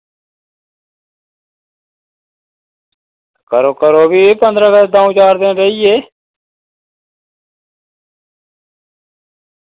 करो करो फ्ही पंदरां अगस्त द'ऊं चार दिन रेही गे